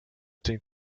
klingt